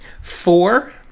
Four